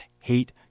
hate